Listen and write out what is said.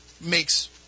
makes